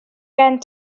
gen